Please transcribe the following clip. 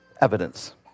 evidence